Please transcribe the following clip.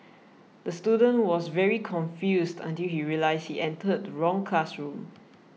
the student was very confused until he realised he entered the wrong classroom